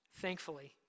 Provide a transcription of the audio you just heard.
Thankfully